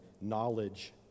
knowledge